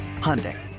Hyundai